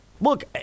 look